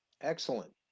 Excellent